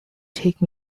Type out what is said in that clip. take